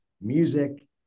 music